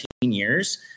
years